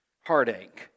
Heartache